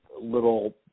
little